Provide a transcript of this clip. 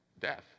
Death